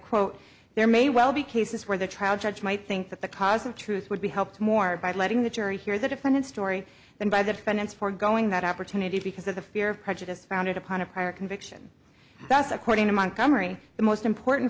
quote there may well be cases where the trial judge might think that the cause of truth would be helped more by letting the jury hear the different story than by the defendants foregoing that opportunity because of the fear of prejudice founded upon a prior conviction thus according to montgomery the most important